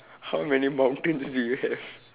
how many mountains do you have